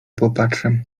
popatrzę